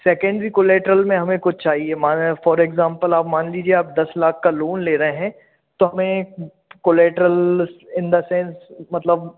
secondary collateral में हमें कुछ चाहिए मान फ़ॉर एग्ज़ाम्पल आप मान लीजिए आप दस लाख का लोन ले रहे हैं तो हमें कोलेटरल इन द सेन्स मतलब